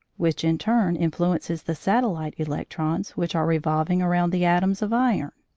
which in turn influences the satellite electrons which are revolving around the atoms of iron.